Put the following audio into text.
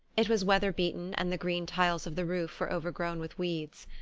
it was weather-beaten and the green tiles of the roof were overgrown with weeds.